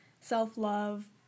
self-love